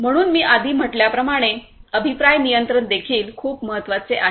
म्हणून मी आधी म्हटल्याप्रमाणे अभिप्राय नियंत्रण देखील खूप महत्वाचे आहे